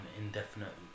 indefinitely